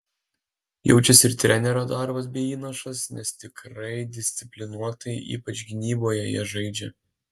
jaučiasi ir trenerio darbas bei įnašas nes tikrai disciplinuotai ypač gynyboje jie žaidžia